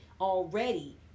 already